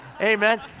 Amen